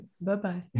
bye-bye